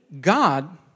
God